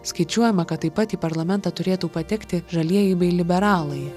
skaičiuojama kad taip pat į parlamentą turėtų patekti žalieji bei liberalai